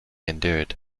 endured